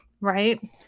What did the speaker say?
right